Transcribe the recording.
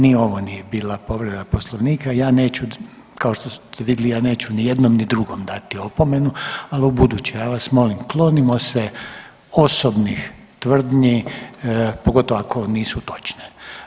Ni ovo nije bila povreda Poslovnika, ja neću, kao što ste vidli, ja neću ni jednom ni drugom dati opomenu, ali ubuduće, ja vas molim, klonimo se osobnih tvrdnji, pogotovo ako nisu točne.